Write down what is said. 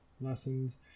lessons